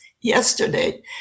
yesterday